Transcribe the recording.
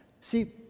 See